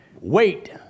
wait